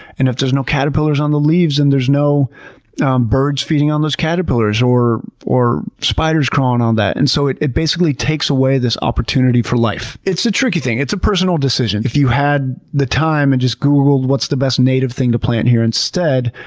and if there's no caterpillars on the leaves then and there's no um birds feeding on those caterpillars, or or spiders crawling on that. and so it it basically takes away this opportunity for life. it's a tricky thing. it's a personal decision. if you have the time and just google what's the best native thing to plant here instead?